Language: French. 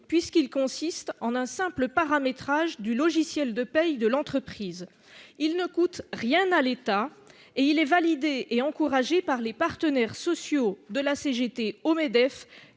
: il consiste en un simple paramétrage du logiciel de paie de l'entreprise. Il ne coûte rien à l'État ; il est validé et encouragé par les partenaires sociaux, de la CGT au Medef,